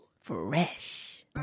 fresh